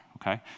Okay